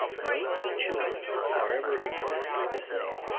no two children are ever exactly the same.